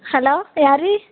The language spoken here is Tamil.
ஹலோ யார்